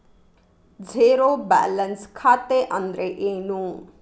Zero balance ಖಾತೆ ಅಂದ್ರೆ ಏನು?